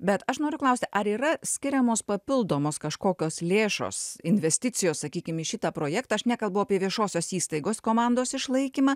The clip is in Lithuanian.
bet aš noriu klausti ar yra skiriamos papildomos kažkokios lėšos investicijos sakykim į šitą projektą aš nekalbu apie viešosios įstaigos komandos išlaikymą